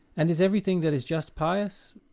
and is everything that is just pious?